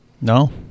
No